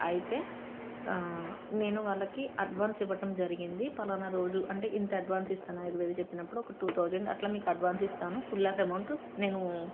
అయితే నేను వాళ్ళకి అడ్వాన్స్ ఇవ్వటం జరిగింది ఫలానా రోజు అంటే ఇంత అడ్వాన్స్ ఇస్తాను ఐదు వేలు చెప్పినప్పుడు ఒక టూ థౌజండ్ అట్లా మీకు అడ్వాన్స్ ఇస్తాను ఫుల్గా అమౌంట్ నేను